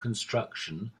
construction